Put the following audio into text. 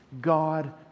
God